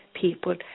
people